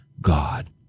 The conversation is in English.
God